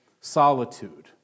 solitude